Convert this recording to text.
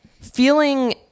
feeling